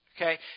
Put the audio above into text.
Okay